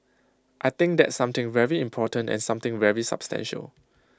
I think that's something very important and something very substantial